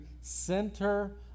center